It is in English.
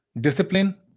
Discipline